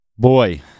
Boy